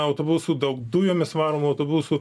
autobusų daug dujomis varomų autobusų